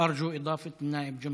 (אומר בערבית ומתרגם:)